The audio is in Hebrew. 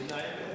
התשע"א 2010,